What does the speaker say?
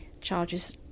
charges